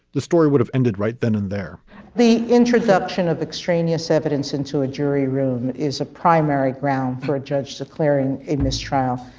the story would have ended right then and there the introduction of extraneous evidence into a jury room is a primary ground for a judge declaring a mistrial.